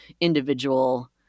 individual